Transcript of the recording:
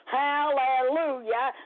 hallelujah